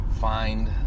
find